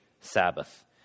Sabbath